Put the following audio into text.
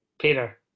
Peter